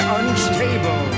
unstable